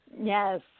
Yes